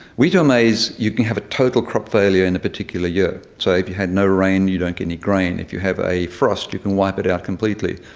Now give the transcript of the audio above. wheat or maize you have a total crop failure in a particular year, so if you had no rain you don't get any grain, if you have a frost you can wipe it out completely.